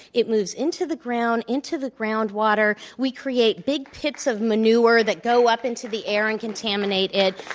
it moves into the ground, into the groundwater. we create big pits of manure that go up into the air and contaminate it.